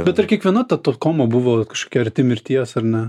bet ar kiekviena ta to koma buvo kažkokia arti mirties ar ne